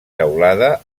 teulada